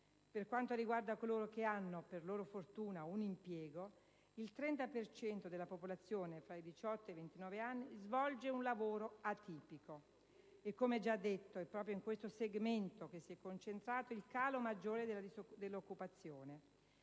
Per quanto riguarda coloro che hanno - per loro fortuna - un impiego, il 30 per cento della popolazione tra i 18 e i 29 anni svolge un lavoro atipico. Come già precisato, è proprio in tale segmento che si è concentrato il calo maggiore dell'occupazione.